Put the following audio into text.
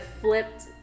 flipped